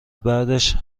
بعدش